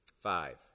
Five